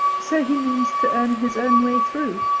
so he means to earn his own way through.